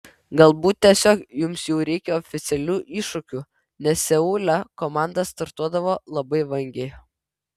galbūt tiesiog jums jau reikia oficialių iššūkių nes seule komanda startuodavo labai vangiai